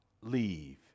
leave